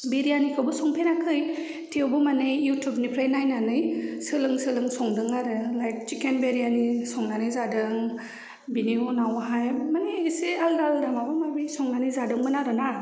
बिरियानिखौबो संफेराखै थेवबो माने युटुबनिफ्राय नायनानै सोलों सोलों संदों आरो लाइक चिकेन बिरियानि संनानै जादों बेनि उनावहाय माने एसे आलादा आलादा माबा माबि संनानै जादोंमोन आरोना